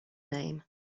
name